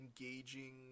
engaging